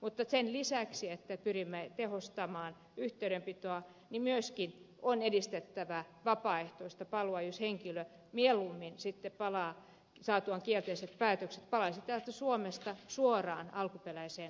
mutta sen lisäksi että pyrimme tehostamaan yhteydenpitoa niin myöskin on edistettävä vapaaehtoista paluuta jos henkilö mieluummin sitten palaa saatuaan kielteiset päätökset täältä suomesta suoraan alkuperäiseen maahansa